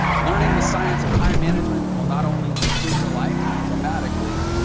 learning the science of time management will not only improve your life dramatically,